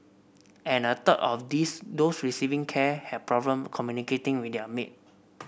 and a third of these receiving care had problem communicating with their maid